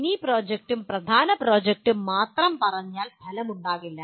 mini പ്രോജക്ടും പ്രധാന പ്രോജക്ടും മാത്രം പറഞ്ഞാൽ ഫലമുണ്ടാകില്ല